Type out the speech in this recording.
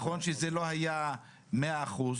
נכון שזה לא היה מאה אחוז,